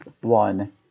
one